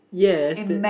yes